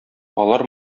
алар